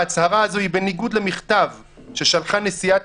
ההצהרה הזו היא בניגוד למכתב ששלחה נשיאת